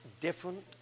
different